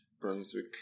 Brunswick